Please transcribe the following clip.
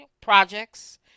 Projects